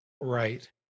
Right